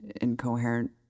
incoherent